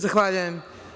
Zahvaljujem.